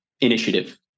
initiative